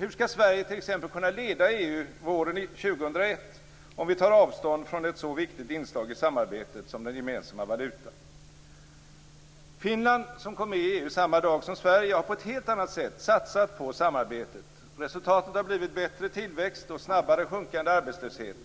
Hur skall Sverige t.ex. kunna leda EU våren 2001 om vi tar avstånd från ett så viktigt inslag i samarbetet som den gemensamma valutan? Finland, som kom med i EU samma dag som Sverige, har på ett helt annat sätt satsat på samarbetet. Resultatet har blivit bättre tillväxt och snabbare sjunkande arbetslöshet.